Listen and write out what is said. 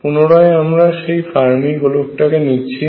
পুনরায় আমরা সেই ফার্মি গোলকটা কে নিচ্ছি